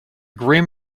grim